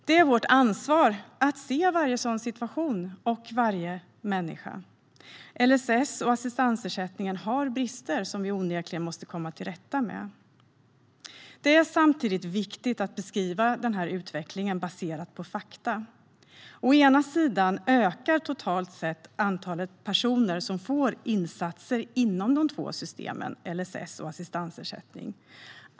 Det är vårt ansvar att se varje sådan situation och varje människa. LSS och assistansersättningen har brister som vi onekligen måste komma till rätta med. Det är samtidigt viktigt att beskriva utvecklingen baserat på fakta. Å ena sidan ökar totalt sett antalet personer som får insatser inom de två systemen LSS och assistansersättning.